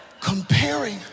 comparing